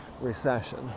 recession